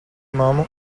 mammu